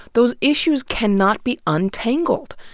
those issues cannot be untangled.